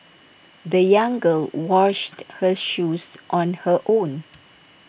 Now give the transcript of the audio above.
the young girl washed her shoes on her own